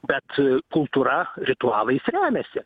bet kultūra ritualais remiasi